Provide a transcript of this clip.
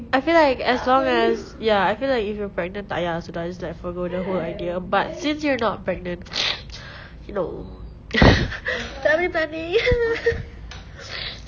I feel like as long as ya I feel like if you're pregnant tak yah sudah it's like forgo the whole idea but since you're not pregnant you know planning planning